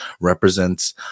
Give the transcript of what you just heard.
represents